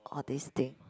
all these thing